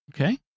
Okay